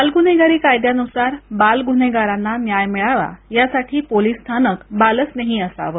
बाल गुन्हेगारी कायद्या नुसार बाल गुन्हेगारांना न्याय मिळावा यासाठी पोलीस स्थानक बाल स्नेही असावं